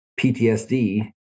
PTSD